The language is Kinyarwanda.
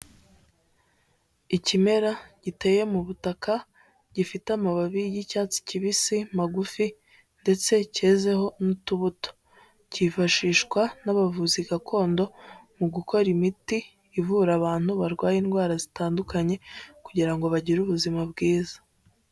Ikimera giteye mu butaka, gifite amababi y'icyatsi kibisi magufi ndetse cyezeho n'utubuto, cyifashishwa n'abavuzi gakondo mu gukora imiti ivura abantu barwaye indwara zitandukanye, kugira ngo bagire ubuzima bwiza.